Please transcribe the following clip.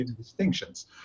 distinctions